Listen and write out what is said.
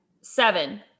Seven